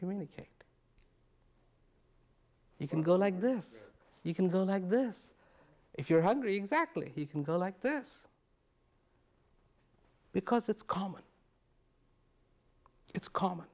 communicate you can go like this you can go like this if you're hungry exactly you can go like this because it's common it's common